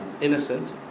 innocent